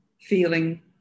feeling